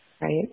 right